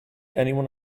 anyone